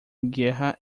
guerra